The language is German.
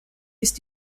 ist